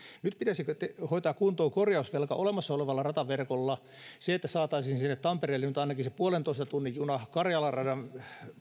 nyt pitäisi hoitaa kuntoon korjausvelka olemassa olevalla rataverkolla että saataisiin tampereelle nyt ainakin se puolentoista tunnin juna ja karjalan radan